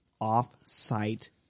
off-site